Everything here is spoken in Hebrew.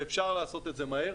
ואפשר לעשות את זה מהר.